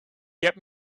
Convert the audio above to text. get